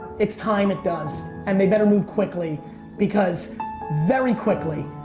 it's time it does and they better move quickly because very quickly,